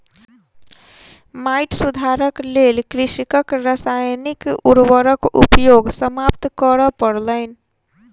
माइट सुधारक लेल कृषकक रासायनिक उर्वरक उपयोग समाप्त करअ पड़लैन